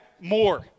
more